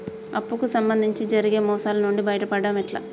అప్పు కు సంబంధించి జరిగే మోసాలు నుండి బయటపడడం ఎట్లా?